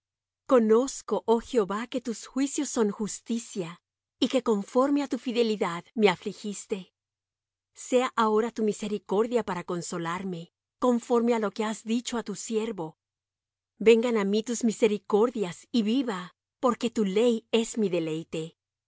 conozco oh jehová que tus juicios son justicia y que conforme á tu fidelidad me afligiste sea ahora tu misericordia para consolarme conforme á lo que has dicho á tu siervo vengan á mí tus misericordias y viva porque tu ley es mi deleite sean avergonzados los